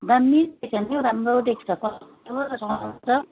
दामी देख्छ नि हौ राम्रो देख्छ